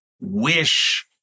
wish